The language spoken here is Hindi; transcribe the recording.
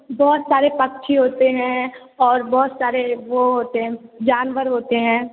बहुत सारे पक्षी होते हैं और बहुत सारे वह होते हैं जानवर होते हैं